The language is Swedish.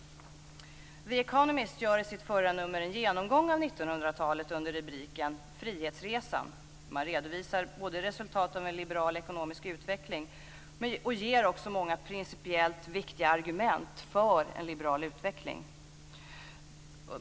The Economist gör i sitt förra nummer en genomgång av 1900-talet under rubriken Frihetsresan. Man redovisar resultat av en liberal ekonomisk utveckling och ger också många principiellt viktiga argument för en liberal utveckling.